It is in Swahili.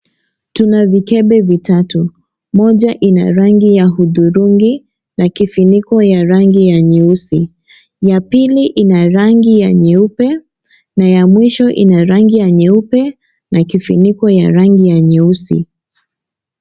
Tuna vikebe vitatu, moja ina rangi ya huthurungui na kifuniko ya rangi ya nyeusi. ya pili ina rangi ya nyeupe na ya mwisho ina rangi nyeupe na kifuniko ya rangi ya nyeusi.